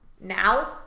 now